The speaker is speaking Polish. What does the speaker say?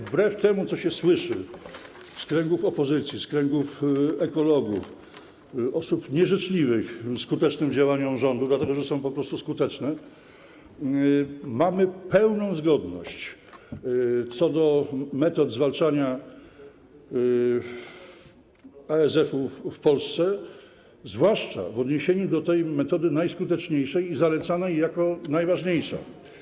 Wbrew temu, co się słyszy z kręgów opozycji, z kręgów ekologów, osób nieżyczliwych skutecznym działaniom rządu, po prostu dlatego, że są skuteczne, mamy pełną zgodność co do metod zwalczania ASF-u w Polsce, zwłaszcza w odniesieniu do tej metody najskuteczniejszej i zalecanej jako najważniejsza.